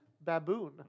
baboon